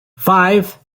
five